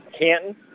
Canton